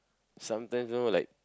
sometimes know like